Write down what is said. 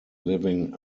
living